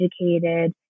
educated